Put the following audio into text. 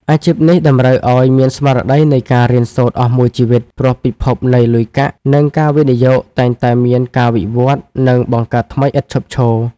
អាជីពនេះតម្រូវឱ្យមានស្មារតីនៃការរៀនសូត្រអស់មួយជីវិត ព្រោះពិភពនៃលុយកាក់ និងការវិនិយោគតែងតែមានការវិវត្តន៍ និងបង្កើតថ្មីឥតឈប់ឈរ។